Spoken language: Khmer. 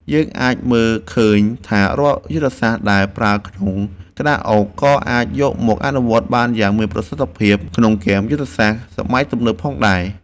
យើងអាចមើលឃើញថារាល់យុទ្ធសាស្ត្រដែលប្រើក្នុងក្តារអុកក៏អាចយកមកអនុវត្តបានយ៉ាងមានប្រសិទ្ធភាពក្នុងហ្គេមយុទ្ធសាស្ត្រសម័យទំនើបផងដែរ។